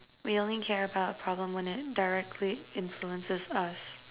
we only care about our problems when it directly influences us